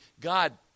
God